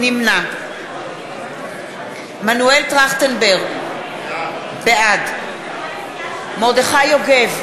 נמנע מנואל טרכטנברג, בעד מרדכי יוגב,